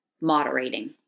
moderating